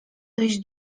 dość